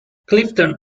clifton